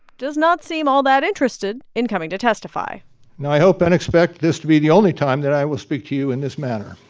does not seem all that interested in coming to testify now, i hope and expect this to be the only time that i will speak to you in this matter.